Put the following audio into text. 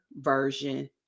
version